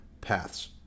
paths